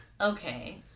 okay